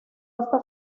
hasta